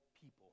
people